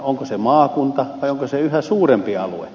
onko se maakunta vai onko se yhä suurempi alue